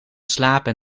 slapen